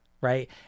right